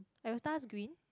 are your stars green